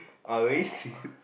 uh racist